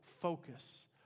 focus